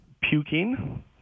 puking